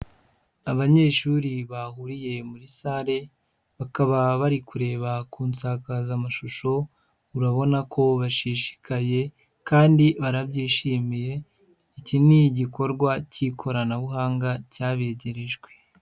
Abanyeshuri bahuriye muri salle, bakaba bari kureba kunsakaza mashusho, urabona ko bashishikaye kandi barabyishimiye, iki ni igikorwa cy'ikoranabuhanga cyabegerejwe.